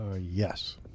Yes